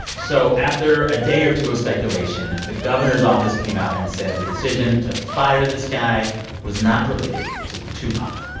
so after a day or two of speculation, the governor's office came out and said the decision to fire this guy was not related to tupac.